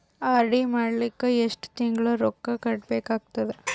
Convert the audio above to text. RD ಮಾಡಲಿಕ್ಕ ಎಷ್ಟು ತಿಂಗಳ ರೊಕ್ಕ ಕಟ್ಟಬೇಕಾಗತದ?